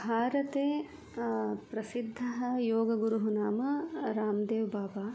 भारते प्रसिद्धः योगगुरुः नाम राम्देव् बाबा